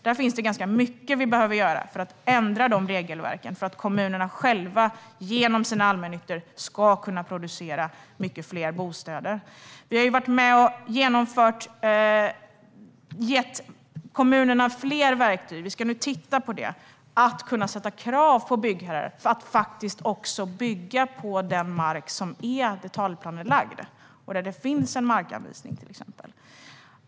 Där finns mycket vi behöver göra för att ändra regelverken så att kommunerna själva genom sina allmännyttor kan producera många fler bostäder. Vi har varit med om att ge kommunerna fler verktyg. Vi ska nu titta på att kunna ställa krav på byggherrar att faktiskt bygga på den mark som är detaljplanelagd och där det finns en markanvisning, till exempel.